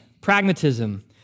Pragmatism